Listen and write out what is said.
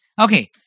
okay